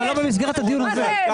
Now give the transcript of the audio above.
כן, אבל לא במסגרת הדיון הזה.